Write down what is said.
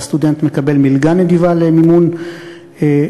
והסטודנט מקבל מלגה נדיבה למימון לימודיו,